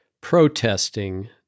Protesting